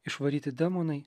išvaryti demonai